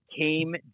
came